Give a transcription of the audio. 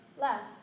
left